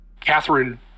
Catherine